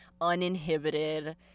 uninhibited